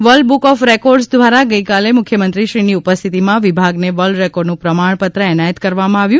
world book of records દ્વારા ગઇકાલે મુખ્યમંત્રીશ્રીની ઉપસ્થિતિમાં વિભાગને વર્લ્ડ રેકોર્ડનું પ્રમાણપત્ર એનાયત કરવામાં આવ્યું